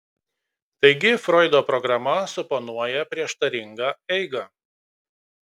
taigi froido programa suponuoja prieštaringą eigą